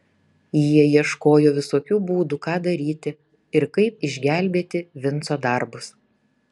jie ieškojo visokių būdų ką daryti ir kaip išgelbėti vinco darbus